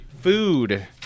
Food